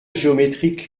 géométrique